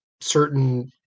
certain